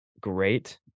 great